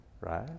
right